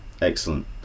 Excellent